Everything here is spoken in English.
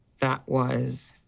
that was